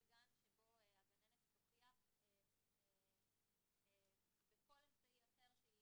בגן שבו הגננת תוכיח בכל אמצעי אחר שהיא